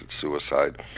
suicide